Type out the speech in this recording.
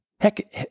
Heck